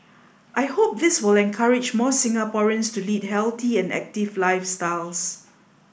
I hope this will encourage more Singaporeans to lead healthy and active lifestyles